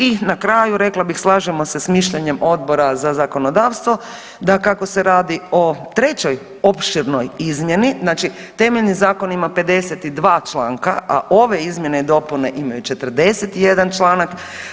I na kraju rekla bih slažemo sa mišljenjem Odbora za zakonodavstvo, da kako se radi o trećoj opširnoj izmjeni, znači temeljni zakon ima 52 članka, a ove izmjene i dopune imaju 41 članak.